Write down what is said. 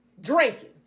Drinking